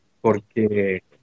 porque